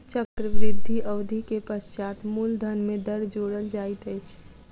चक्रवृद्धि अवधि के पश्चात मूलधन में दर जोड़ल जाइत अछि